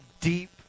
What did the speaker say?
deep